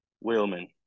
wheelman